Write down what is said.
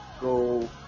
go